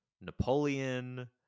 napoleon